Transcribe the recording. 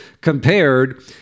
compared